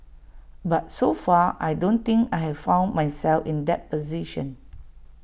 but so far I don't think I've found myself in that position